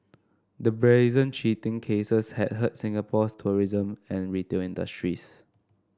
the brazen cheating cases had hurt Singapore's tourism and retail industries